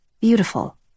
Beautiful